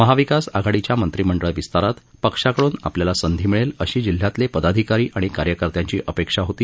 महाविकास आघाडीच्या मंत्रिमंडळ विस्तारात पक्षाकड्रन आपणाला संधी मिळेल अशी जिल्ह्यातले पदाधिकारी आणि कार्यकर्त्यांची अपेक्षा होती